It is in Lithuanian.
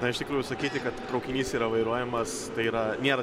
na iš tikrųjų sakyti kad traukinys yra vairuojamas tai yra nėra